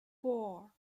four